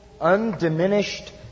undiminished